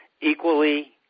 equally